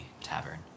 tavern